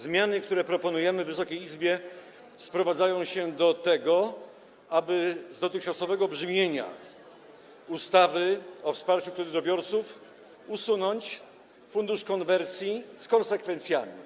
Zmiany, które proponujemy Wysokiej Izbie, sprowadzają się do tego, aby z dotychczasowego brzmienia ustawy o wsparciu kredytobiorców usunąć Fundusz Konwersji z konsekwencjami.